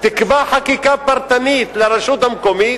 תקבע חקיקה פרטנית לרשות המקומית,